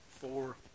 four